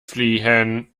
fliehen